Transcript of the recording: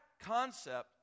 concept